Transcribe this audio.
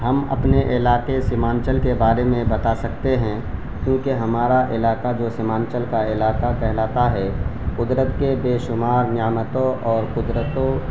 ہم اپنے علاقے سیمانچل کے بارے میں بتا سکتے ہیں کیونکہ ہمارا علاقہ جو سیمانچل کا علاقہ کہلاتا ہے قدرت کے بے شمار نعمتوں اور قدرتوں